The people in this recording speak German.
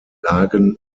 lagen